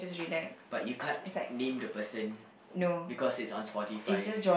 but you can't name the person because it's on Spotify